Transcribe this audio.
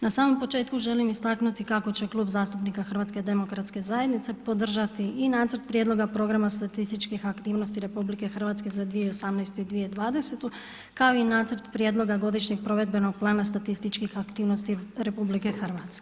Na samom početku želim istaknuti kako će Klub zastupnika HDZ-a podržati i Nacrt prijedloga programa statističkih aktivnosti RH za 2018.-2020., kao i Nacrt prijedloga godišnjeg provedbenog plana statističkih aktivnosti RH.